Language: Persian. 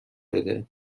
بده